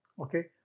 okay